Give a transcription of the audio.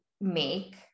make